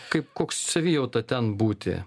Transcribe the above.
kaip koks savijauta ten būti